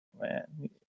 Man